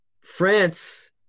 France